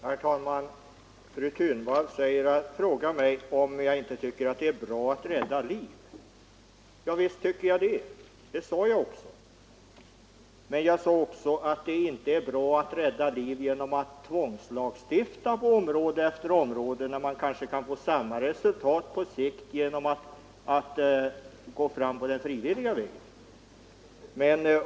Herr talman! Fru Thunvall frågar mig om jag inte tycker att det är bra att rädda liv. Visst tycker jag det, och det sade jag. Men jag sade också att det inte är bra att rädda liv genom att tvångslagstifta på område efter område, när man kanske kan få samma resultat på sikt genom att gå fram på den frivilliga vägen.